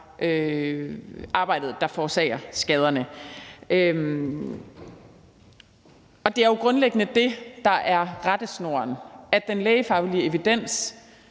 arbejdet, der forårsager skaderne. Det er jo grundlæggende det, der er rettesnoren, altså at den lægefaglige evidens